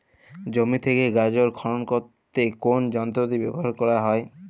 জমি থেকে গাজর খনন করতে কোন যন্ত্রটি ব্যবহার করা হয়?